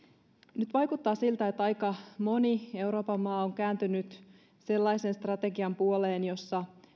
nyt vaikuttaa siltä että aika moni euroopan maa on kääntynyt sellaisen strategian puoleen jossa